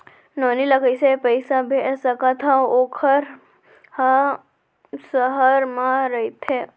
नोनी ल कइसे पइसा भेज सकथव वोकर ह सहर म रइथे?